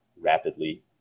rapidly